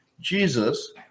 jesus